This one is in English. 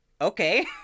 okay